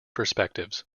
perspectives